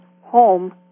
home